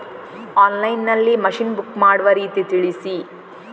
Online ನಲ್ಲಿ machine book ಮಾಡುವ ರೀತಿ ತಿಳಿಸಿ?